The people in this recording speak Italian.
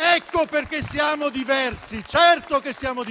Ecco perché siamo diversi: certo che lo siamo,